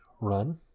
run